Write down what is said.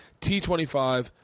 T25